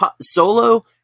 solo